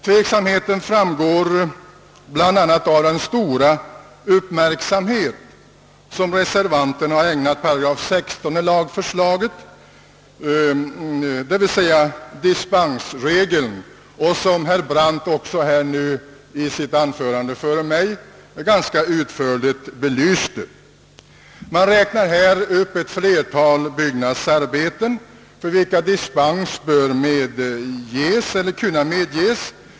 '”Tveksamheten framgår bl.a. av den stora uppmärksamhet som reservanterna har ägnat 16 § i lagförslaget, d.v.s. dispensregeln, som herr Brandt nyss i sitt anförande har ganska utförligt belyst. Man räknar sålunda upp ett flertal byggnadsarbeten, för vilka dispens bör kunna medges.